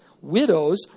widows